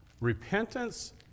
Repentance